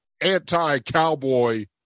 anti-cowboy